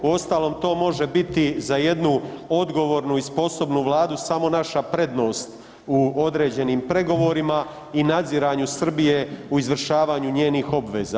Uostalom, to može biti za jednu odgovornu i sposobnu Vladu samo naša prednost u određenim pregovorima i nadziranju Srbije u izvršavanju njenih obveza.